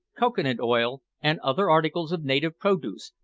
cocoa-nut oil, and other articles of native produce,